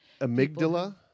amygdala